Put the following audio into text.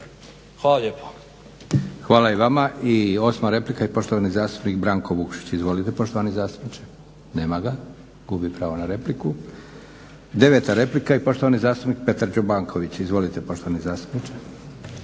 Hvala i vama.